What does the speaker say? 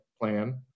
plan